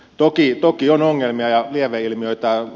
toki on ongelmia ja lieveilmiöitä